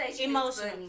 emotional